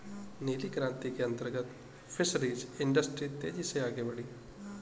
नीली क्रांति के अंतर्गत फिशरीज इंडस्ट्री तेजी से आगे बढ़ी